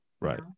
Right